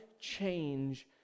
change